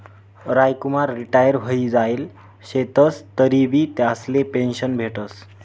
Ramkumar retire व्हयी जायेल शेतंस तरीबी त्यासले पेंशन भेटस